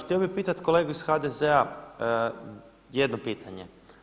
Htio bih pitati kolegu iz HDZ-a jedno pitanje.